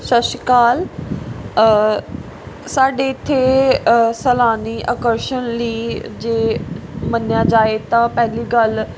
ਸਤਿ ਸ਼੍ਰੀ ਅਕਾਲ ਸਾਡੇ ਇੱਥੇ ਸੈਲਾਨੀ ਆਕਰਸ਼ਣ ਲਈ ਜੇ ਮੰਨਿਆ ਜਾਵੇ ਤਾਂ ਪਹਿਲੀ ਗੱਲ